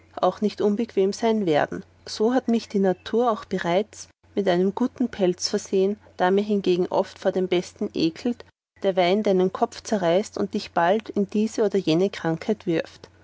auch nicht unbequem sein werden so hat mich die natur auch bereits mit einem guten pelz versehen da dir hingegen oft vor dem besten ekelt der wein deinen kopf zerreißt und dich bald in diese oder jene krankheit wirft